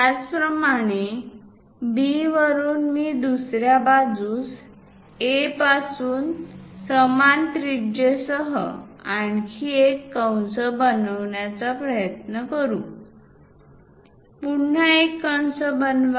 त्याचप्रमाणे B वरुन मी दुस या बाजूस A पासून समान त्रिज्या सह आणखी एक कंस बनवण्याचा प्रयत्न करू पुन्हा एक कंस बनवा